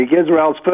Israel's